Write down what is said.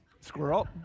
squirrel